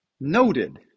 noted